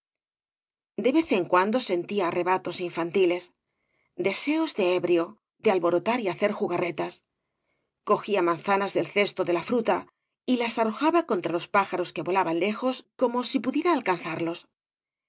vez en cuando sentía arrebatos infantiles deseos de ebrio de alborotar y hacer jugarretas cogía manzanas del cesto de la fruta y las arrojaba contra los pájaros que volaban lejos como si pudiera alcanzarlos